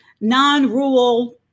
non-rural